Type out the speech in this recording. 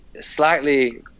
slightly